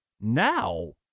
Now